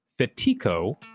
fetico